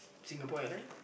Singapore-Airline